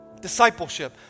Discipleship